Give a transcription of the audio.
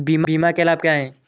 बीमा के लाभ क्या हैं?